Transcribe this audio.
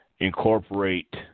Incorporate